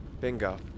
Bingo